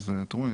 אתם רואים,